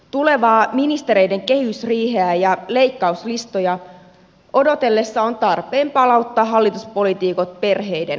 tulevaa ministereiden kehysriiheä ja leikkauslistoja odotellessa on tarpeen palauttaa hallituspoliitikot perheiden arkeen